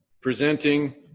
Presenting